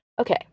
Okay